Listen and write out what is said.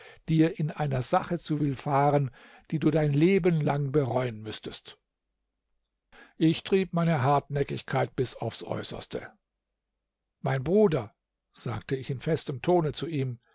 dir in einer sache zu willfahren die du dein leben lang bereuen müßtest ich trieb meine hartnäckigkeit bis aufs äußerste mein bruder sagte ich in festem tone zu ihm